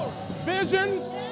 visions